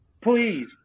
Please